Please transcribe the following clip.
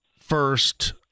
first